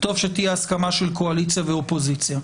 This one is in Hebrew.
טוב שתהיה הסכמה של קואליציה ואופוזיציה.